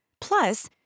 Plus